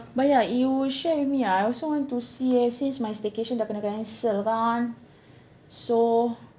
but ya you share with me ah I also want to see eh since my staycation dah kena cancel kan so